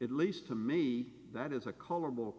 it least to me that is a color